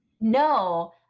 No